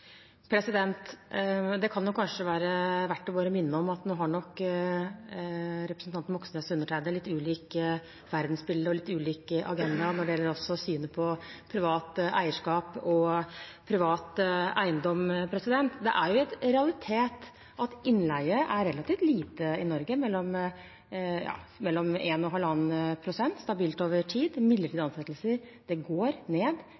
Det kan kanskje være verdt å minne om at representanten Moxnes og undertegnede nok har et litt ulikt verdensbilde og litt ulik agenda når det gjelder synet på privat eierskap og privat eiendom, men det er en realitet at det er relativt lite innleie i Norge, mellom 1 pst. og 1,5 pst., stabilt over tid. Midlertidige ansettelser går ned,